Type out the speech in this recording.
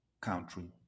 country